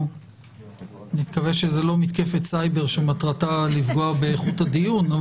אני מקווה שזאת לא מתקפת סייבר שמטרתה לפגוע באיכות הדיון.